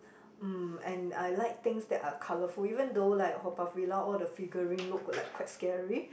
mm and I like things that are colourful even through like Haw-Par-Villa all the figurine look like quite scary